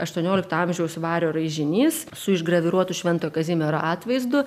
aštuoniolikto amžiaus vario raižinys su išgraviruotu švento kazimiero atvaizdu